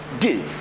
give